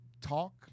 talk